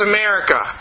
America